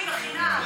את שלוש שנים,